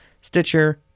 Stitcher